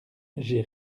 j’ai